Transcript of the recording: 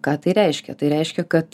ką tai reiškia tai reiškia kad